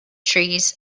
trees